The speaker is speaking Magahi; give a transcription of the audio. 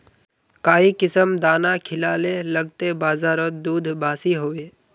काई किसम दाना खिलाले लगते बजारोत दूध बासी होवे?